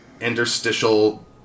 interstitial